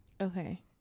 Okay